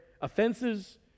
offenses